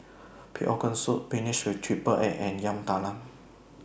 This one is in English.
Pig'S Organ Soup Spinach with Triple Egg and Yam Talam